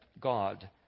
God